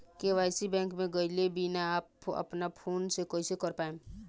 KYC bank मे गएले बिना अपना फोन से कइसे कर पाएम?